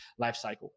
lifecycle